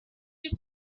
you